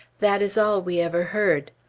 that is all we ever heard.